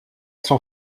son